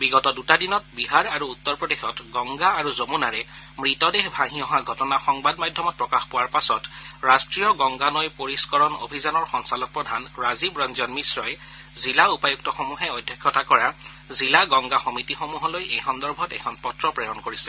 বিগত দুটা দিনত বিহাৰ আৰু উত্তৰপ্ৰদেশত গংগা আৰু যমূনাৰে মৃতদেহ ভাঁহি অহা ঘটনা সংবাদ মাধ্যমত প্ৰকাশ কৰাৰ পিছত ৰাষ্ট্ৰীয় গংগা নৈ পৰিস্থৰণ অভিযানৰ সঞ্চালকপ্ৰধান ৰাজীৱ ৰঞ্জন মিশ্ৰই জিলা উপায়ুক্তসমূহে অধ্যক্ষতা কৰা জিলা গংগা সমিতিসমূহলৈ এই সন্দৰ্ভত এখন পত্ৰ প্ৰেৰণ কৰিছে